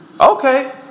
Okay